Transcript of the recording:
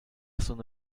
zona